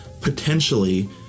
potentially